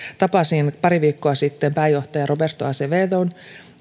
tapasin pari viikkoa sitten pääjohtaja roberto azevedon